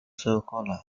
sekolah